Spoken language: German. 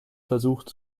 versucht